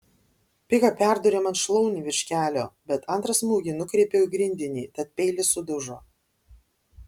pika perdūrė man šlaunį virš kelio bet antrą smūgį nukreipiau į grindinį tad peilis sudužo